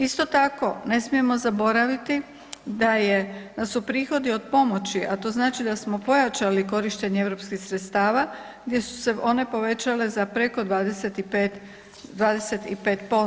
Isto tako ne smijemo zaboraviti da su prihodi od pomoći, a to znači da smo pojačali korištenje europskih sredstava gdje su se one povećale za preko 25%